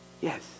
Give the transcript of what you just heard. Yes